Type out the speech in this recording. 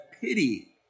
pity